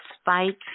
spikes